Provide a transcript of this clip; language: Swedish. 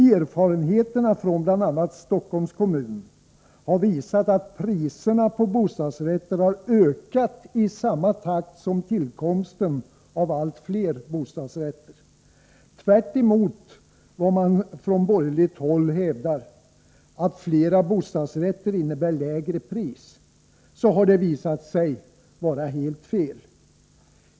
Erfarenheterna från bl.a. Stockholms kommun har visat att priserna på bostadsrätter har ökat i samma takt som tillkomsten av allt fler bostadsrätter. Vad man från borgerligt håll hävdar — att flera bostadsrätter innebär lägre pris — har visat sig vara helt fel.